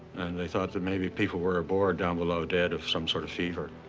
and they thought that maybe people were aboard down below, dead of some sort of fever.